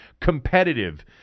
competitive